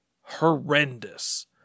horrendous